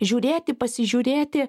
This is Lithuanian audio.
žiūrėti pasižiūrėti